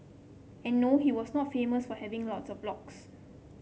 and no he was not famous for having lots of locks